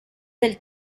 del